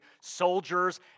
Soldiers